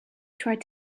tried